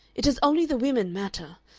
it is only the women matter.